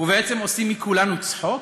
ובעצם עושים מכולנו צחוק?